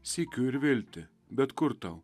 sykiu ir viltį bet kur tau